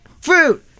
Fruit